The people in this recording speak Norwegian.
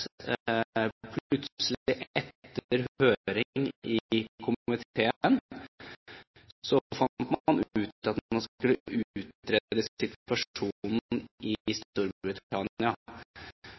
etter høring i komiteen, fant man ut at man skulle utrede situasjonen i Storbritannia. Det var litt spesielt å se at man